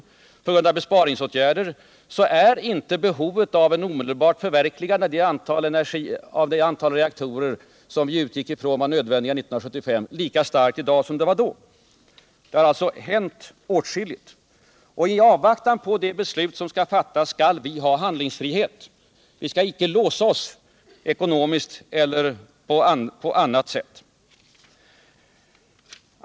Till följd av besparingsåtgärder är inte behovet av ett omedelbart förverkligande av det antal reaktorer, som vi år 1975 utgick från skulle bli nödvändigt, lika starkt i dag som det var då. Det har alltså hänt åtskilligt, och i avvaktan på det beslut som skall fattas skall vi ha handlingsfrihet. Vi skall icke låsa oss, vare sig ekonomiskt eller på annat sätt.